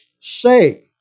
sake